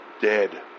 Dead